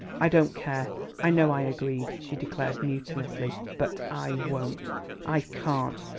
i don't care i know i agreed, she declared mutinously. but i won't i can't.